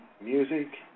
music